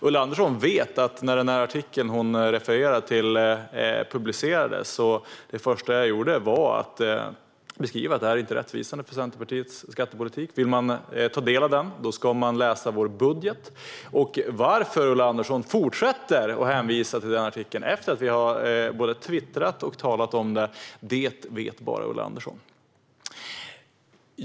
Ulla Andersson vet att när artikeln hon refererade till publicerades var det första jag gjorde att beskriva att den inte var rättvisande för Centerpartiets skattepolitik. Vill man ta del av den ska man läsa vår budget. Varför Ulla Andersson fortsätter att hänvisa till den artikeln efter att vi både har twittrat och talat om det vet bara Ulla Andersson.